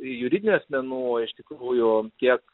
juridinių asmenų iš tikrųjų tiek